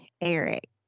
Eric